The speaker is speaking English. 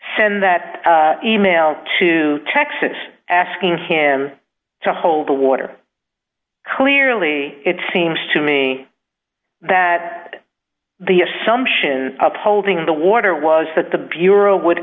send that e mail to texas asking him to hold the water clearly it seems to me that the assumption of holding the water was that the bureau would